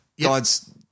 God's